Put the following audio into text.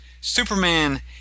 Superman